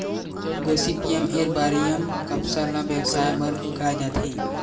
Gossypium arboreum कपसा ल बेवसाय बर उगाए जाथे